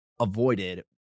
avoided